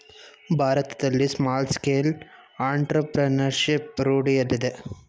ಭಾರತದಲ್ಲಿ small scale entrepreneurship ರೂಢಿಯಲ್ಲಿದೆ